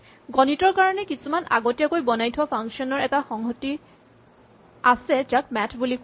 গণিতৰ কাৰণে কিছুমান আগতীয়াকৈ বনাই থোৱা ফাংচন ৰ এটা সংহতি আছে যাক মেথ বুলি কোৱা হয়